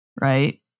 right